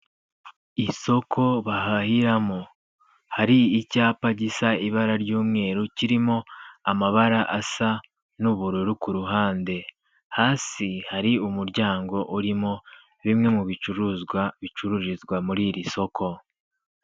Isoko bahahiramo hari icyapa gisa ibara ry'umweru kirimo amabara asa n'ubururu ku ruhande, hasi hari umuryango urimo bimwe mu bicuruzwa bicururizwa muri iri soko.